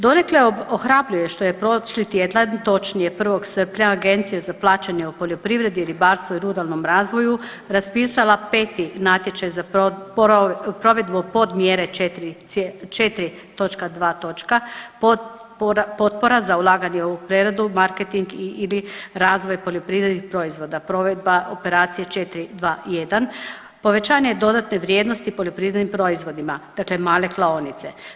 Donekle ohrabruje što je prošli tjedan, točnije 1. srpnja Agencija za plaćanje u poljoprivredi, ribarstvu i ruralnom razvoju raspisala peti natječaj za provedbu podmjere 4.2. potpora za ulaganje u preradu, marketing ili razvoj poljoprivrednih proizvoda, provedba operacije 4.2.1. povećanje dodatne vrijednosti poljoprivrednim proizvodima, dakle male klaonice.